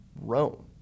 Rome